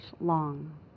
long